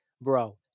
Bro